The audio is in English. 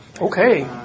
Okay